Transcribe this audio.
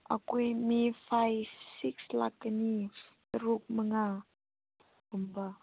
ꯑꯩꯈꯣꯏ ꯃꯤ ꯐꯥꯏꯕ ꯁꯤꯛꯁ ꯂꯥꯛꯀꯅꯤ ꯇꯔꯨꯛ ꯃꯉꯥꯒꯨꯝꯕ